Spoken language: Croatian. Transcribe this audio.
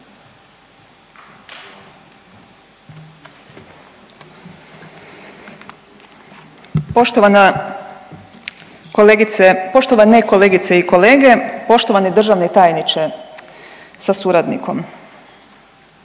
poštovane kolegice i kolege, poštovani državni tajniče sa suradnikom.